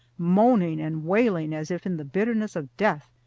moaning and wailing as if in the bitterness of death.